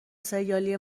ســریالی